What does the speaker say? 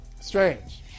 strange